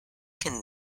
can